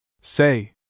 Say